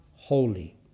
holy